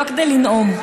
לא כדי לנאום.